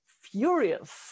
furious